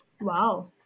Wow